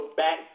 back